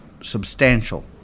substantial